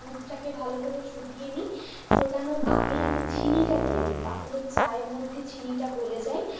দুধটাকে ভালো করে ফুটিয়ে নিই ফোটানোর আগে আমি চিনিটা দিয়ে দিই তাহলে চায়ের মধ্যে চিনিটা গলে যায়